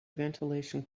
ventilation